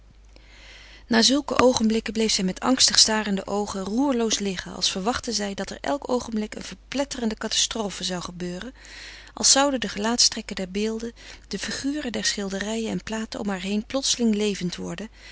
na zulke oogenblikken bleef zij met angstig starende oogen roerloos liggen als verwachtte zij dat er elk oogenblik eene verpletterende catastrofe zou gebeuren als zouden de gelaatstrekken der beelden de figuren der schilderijen en platen om haar heen plotseling levend worden